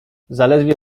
zaledwie